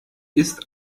ist